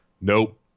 nope